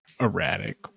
erratic